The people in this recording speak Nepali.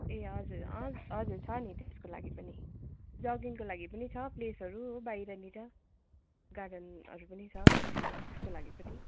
ए हजुर अँ हजुर छ नि त्यसको लागि पनि जगिङको लागि पनि छ प्लेसहरू बाहिरनिर गार्डनहरू पनि छ त्यसको लागि पनि